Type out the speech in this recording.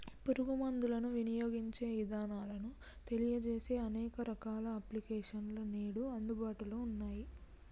పురుగు మందులను వినియోగించే ఇదానాలను తెలియజేసే అనేక రకాల అప్లికేషన్స్ నేడు అందుబాటులో ఉన్నయ్యి